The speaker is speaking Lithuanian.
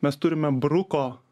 mes turime bruko